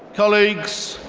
colleagues,